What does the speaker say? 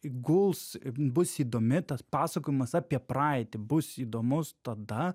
guls bus įdomi tas pasakojimas apie praeitį bus įdomus tada